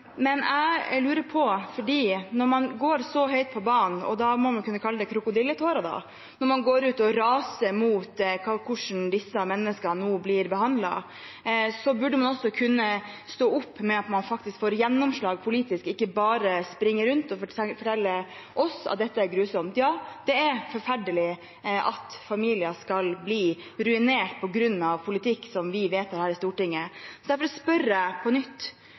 Men jeg lurer på: Når man går så høyt på banen – da må man jo kunne kalle det krokodilletårer når man går ut og raser mot hvordan disse menneskene nå blir behandlet – burde man også kunne stå opp slik at man faktisk får gjennomslag politisk, og ikke bare springe rundt og fortelle oss at dette er grusomt. Ja, det er forferdelig at familier skal bli ruinert på grunn av politikk vi vedtar her i Stortinget. Jeg vil spørre på nytt: